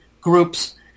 groups